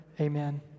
Amen